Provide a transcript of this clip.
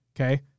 Okay